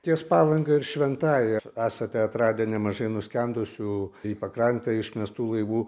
ties palanga ir šventąja esate atradę nemažai nuskendusių į pakrantę išmestų laivų